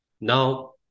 Now